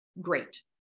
great